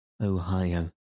Ohio